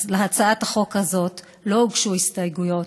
אז להצעת החוק הזאת לא הוגשו הסתייגויות,